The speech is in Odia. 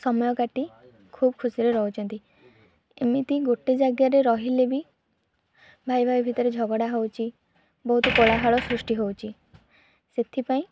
ସମୟ କାଟି ଖୁବ ଖୁସିରେ ରହୁଛନ୍ତି ଏମିତି ଗୋଟେ ଜାଗାରେ ରହିଲେ ବି ଭାଇ ଭାଇ ଭିତରେ ଝଗଡ଼ା ହେଉଛି ବହୁତ କୋଳାହଳ ସୃଷ୍ଟି ହେଉଛି ସେଥିପାଇଁ